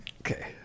Okay